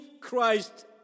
Christ